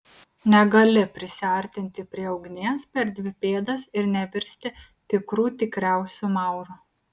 negali prisiartinti prie ugnies per dvi pėdas ir nevirsti tikrų tikriausiu mauru